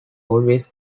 always